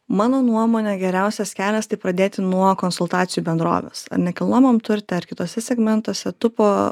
mano nuomone geriausias kelias tai pradėti nuo konsultacijų bendrovės ar nekilnojamam turte ar kituose segmentuose tu po